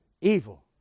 Evil